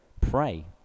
pray